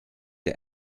der